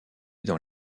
dans